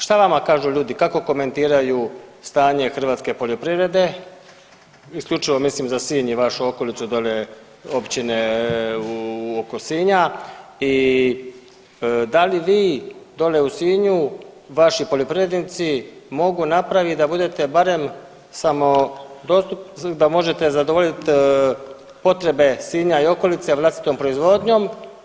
Šta vama kažu ljudi i kako komentiraju stanje hrvatske poljoprivrede, isključivo mislim za Sinj i vašu okolicu dolje općine oko Sinja i da li vi dolje u Sinju, vaši poljoprivrednici mogu napravit da budete barem da možete zadovoljit potrebe Sinja i okolice vlastitom proizvodnjom?